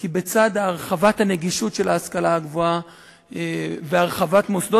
כי בצד הרחבת הנגישות של ההשכלה הגבוהה והרחבת המוסדות